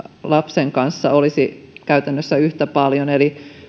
lapsen kanssa olisi käytännössä yhtä paljon eli